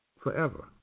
forever